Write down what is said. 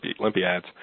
Olympiads